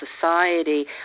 society